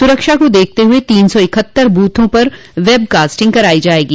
सुरक्षा को देखते हुए तीन सौ इकहत्तर बूथों की वेबकास्टिंग कराई जायेगी